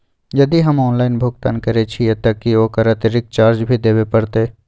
यदि हम ऑनलाइन भुगतान करे छिये त की ओकर अतिरिक्त चार्ज भी देबे परतै?